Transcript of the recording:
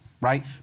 right